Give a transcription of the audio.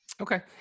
Okay